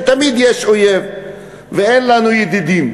שתמיד יש אויב ואין לנו ידידים.